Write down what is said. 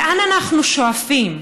לאן אנחנו שואפים?